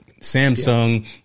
Samsung